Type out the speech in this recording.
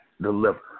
deliver